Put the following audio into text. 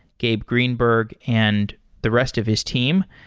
gabe greenberg, and the rest of his team.